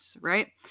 Right